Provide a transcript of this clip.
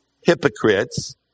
hypocrites